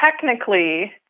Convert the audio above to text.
technically